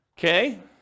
Okay